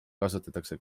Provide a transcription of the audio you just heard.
kasutatakse